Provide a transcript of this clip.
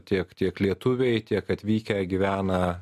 tiek tiek lietuviai tiek atvykę gyvena